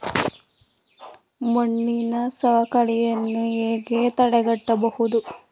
ಮಣ್ಣಿನ ಸವಕಳಿಯನ್ನು ಹೇಗೆ ತಡೆಯಬಹುದು?